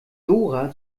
dora